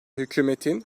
hükümetin